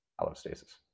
allostasis